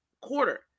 quarter